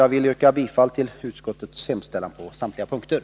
Jag vill yrka bifall till utskottets hemställan på samtliga punkter.